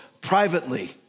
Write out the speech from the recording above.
privately